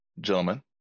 gentlemen